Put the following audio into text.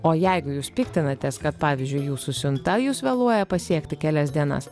o jeigu jūs piktinatės kad pavyzdžiui jūsų siunta jus vėluoja pasiekti kelias dienas